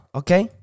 okay